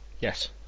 Yes